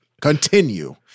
Continue